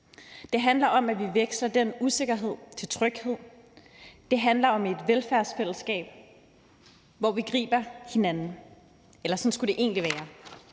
Det handler om, at vi veksler den usikkerhed til tryghed. Det handler om et velfærdssamfund, hvor vi griber hinanden. Eller sådan skulle det egentlig være.